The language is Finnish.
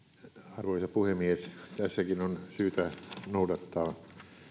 arvoisa puhemies tässäkin on syytä noudattaa